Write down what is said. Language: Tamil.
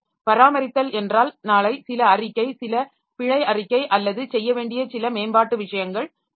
பராமரித்தல் என்றால் நாளை சில அறிக்கை சில பிழை அறிக்கை அல்லது செய்ய வேண்டிய சில மேம்பாட்டு விஷயங்கள் இருக்கும்